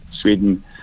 Sweden